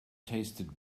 tasted